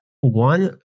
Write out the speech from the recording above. One